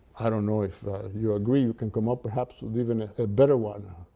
i don't know if you agree, you can come up perhaps with even a better one.